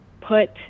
put